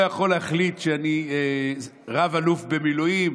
אני לא יכול להחליט שאני רב-אלוף במילואים,